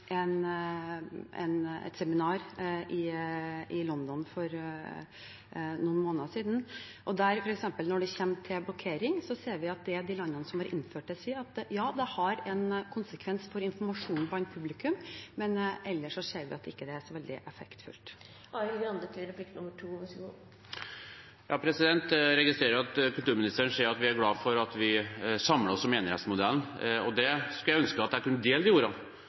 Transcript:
et seminar i London for noen måneder siden, og når det f.eks. kommer til blokkering, ser vi at det de landene som har innført det, sier, er at det har en konsekvens for informasjonen blant publikum, men at vi ellers ser at det ikke er så veldig effektfullt. Jeg registrerer at kulturministeren sier at vi er glade for at vi samler oss om enerettsmodellen, og jeg skulle ønske at jeg kunne dele de